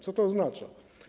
Co to oznacza?